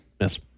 Yes